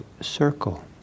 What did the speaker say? circle